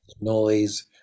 noise